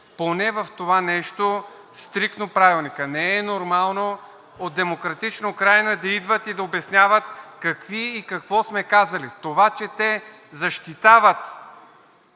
поне в това нещо стриктно Правилника. Не е нормално от „Демократична Украйна“ да идват и да обясняват какви и какво сме казали. Това, че те защитават